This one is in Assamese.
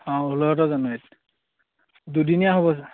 অঁ ষোল্ল সোতৰ জানুৱাৰীত দুদিনীয়া হ'ব